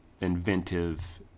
inventive